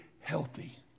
healthy